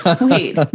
wait